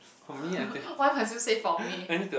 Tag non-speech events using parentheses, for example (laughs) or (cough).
(laughs) why must you say for me